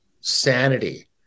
sanity